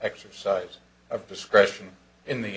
exercise of discretion in the